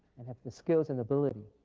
and have the skills and ability,